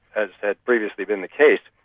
as had previously been the case.